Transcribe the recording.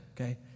Okay